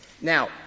Now